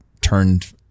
turned